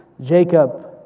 Jacob